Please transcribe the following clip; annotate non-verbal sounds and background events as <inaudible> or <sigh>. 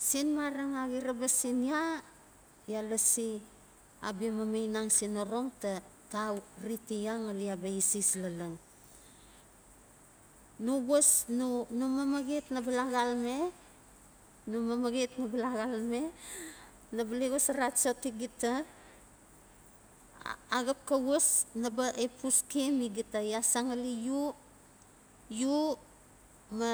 Sen mareng a xirabas sin ya, ya lasi abia mamainang sin orong ta tariti ya ngali ya ba sese lalan. No was no mamaxet naba la xalame no mamaxet naba a <laughs> xalame naba le xosa achoti gita axap xa was naba epuske mi gita ya san ngali u u ma